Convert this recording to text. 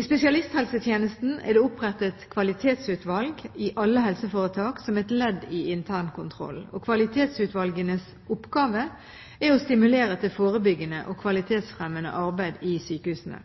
I spesialisthelsetjenesten er det opprettet kvalitetsutvalg i alle helseforetak som et ledd i internkontrollen. Kvalitetsutvalgenes oppgave er å stimulere til forebyggende og kvalitetsfremmende arbeid i sykehusene.